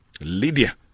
Lydia